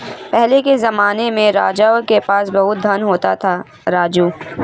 पहले के जमाने में राजाओं के पास बहुत धन होता था, राजू